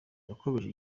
yakomeje